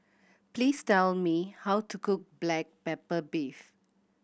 please tell me how to cook black pepper beef